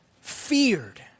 feared